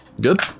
Good